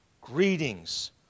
Greetings